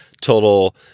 total